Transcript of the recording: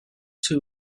too